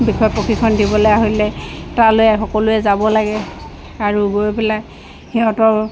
বিষয়ে প্ৰশিক্ষণ দিবলৈ আহিলে তালৈ সকলোৱে যাব লাগে আৰু গৈ পেলাই সিহঁতৰ